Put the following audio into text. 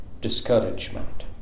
Discouragement